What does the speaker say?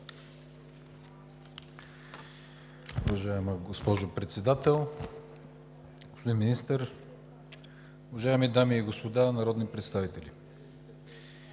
Уважаема госпожо Председател, господин Министър, уважаеми дами и господа народни представители!